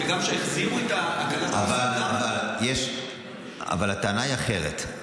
וגם כשהחזירו --- אבל הטענה היא אחרת,